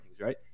right